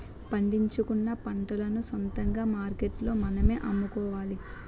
పండించుకున్న పంటలను సొంతంగా మార్కెట్లో మనమే అమ్ముకోవాలి